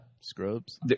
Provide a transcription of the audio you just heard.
scrubs